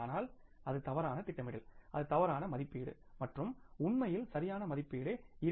ஆனால் அது தவறான திட்டமிடல் அது தவறான மதிப்பீடு மற்றும் உண்மையில் சரியான மதிப்பீடு 2